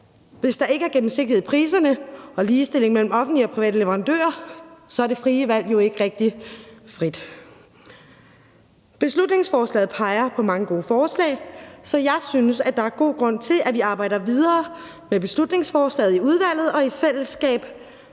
Hvis der ikke er gennemsigtighed i priserne og ligestillingen mellem offentlige og private leverandører, er det frie valg jo ikke rigtigt frit. Beslutningsforslaget peger på mange gode forslag, så jeg synes, at der er god grund til, at vi arbejder videre med beslutningsforslaget i udvalget og i fællesskab